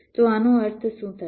તો આનો અર્થ શું છે